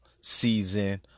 season